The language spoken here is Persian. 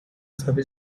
سطح